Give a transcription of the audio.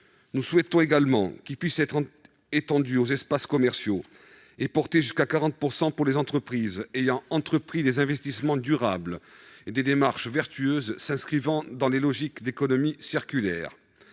Nous souhaitons également que ce mécanisme puisse être étendu aux espaces commerciaux et porté à 40 % pour les entreprises ayant engagé des investissements durables et des démarches vertueuses s'inscrivant dans une logique d'économie circulaire.